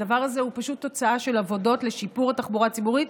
הדבר הזה הוא פשוט תוצאה של עבודות לשיפור התחבורה הציבורית,